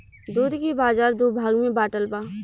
दूध के बाजार दू भाग में बाटल बा